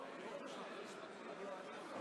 אנחנו צריכים להבטיח שלאחר הסדר,